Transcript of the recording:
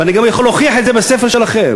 ואני גם יכול להוכיח את זה בספר שלכם.